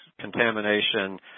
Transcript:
contamination